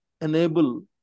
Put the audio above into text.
enable